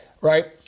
right